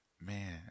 Man